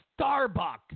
Starbucks